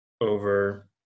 over